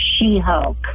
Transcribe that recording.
She-Hulk